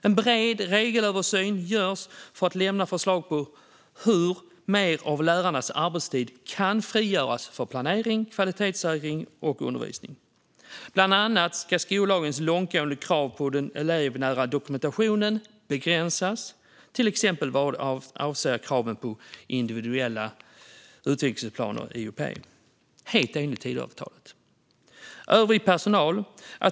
En bred regelöversyn görs för att lämna förslag på hur mer av lärarnas arbetstid kan frigöras för planering, kvalitetssäkring och undervisning. Bland annat ska skollagens långtgående krav på den elevnära dokumentationen begränsas, till exempel vad avser kraven på individuella utvecklingsplaner, IUP - helt enligt Tidöavtalet. Det tredje gäller övrig personal.